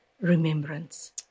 remembrance